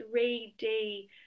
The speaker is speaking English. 3D